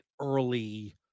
early